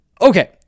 okay